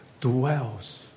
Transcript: dwells